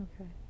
Okay